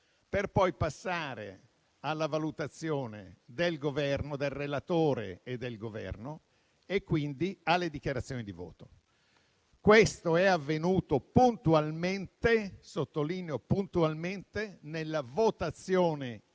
è poi passati alla valutazione del relatore e del Governo e, quindi, alle dichiarazioni di voto. Questo è avvenuto puntualmente - sottolineo puntualmente - nella votazione